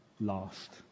last